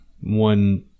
one